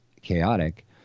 chaotic